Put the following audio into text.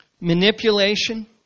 manipulation